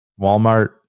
Walmart